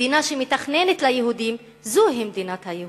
מדינה שמתכננת ליהודים, זוהי המדינה היהודית,